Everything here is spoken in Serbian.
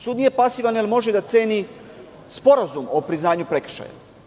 Sud nije pasivan jer može da ceni sporazum o priznanju prekršaja.